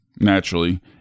naturally